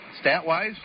Stat-wise